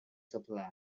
supply